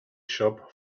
shop